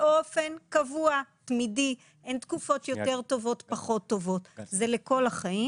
באופן קבוע; אין תקופות יותר טובות ופחות טובות; זה לכל החיים